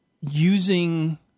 using